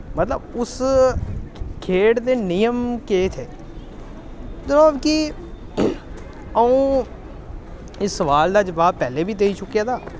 मतलब उस खेढ दे नियम केह् थे मतलब कि अ'ऊं इस सोआल दा जवाब पैह्लें बी देई चुके दां